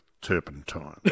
turpentine